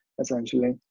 essentially